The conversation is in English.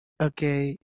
Okay